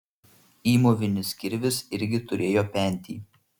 įmovinis kirvis irgi turėjo pentį